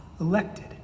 elected